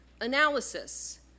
analysis